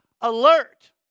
alert